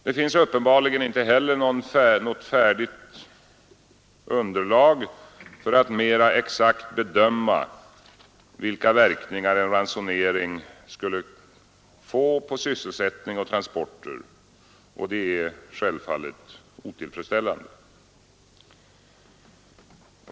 Det finns uppenbarligen inte heller något färdigt underlag för att mera exakt bedöma vilka verkningar en ransonering skulle få på sysselsättning och transporter. Detta är självfallet otillfredsställande.